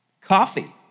Coffee